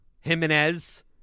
Jimenez